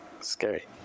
Scary